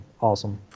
awesome